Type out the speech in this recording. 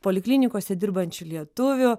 poliklinikose dirbančių lietuvių